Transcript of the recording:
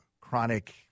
chronic